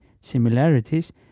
similarities